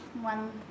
one